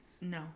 No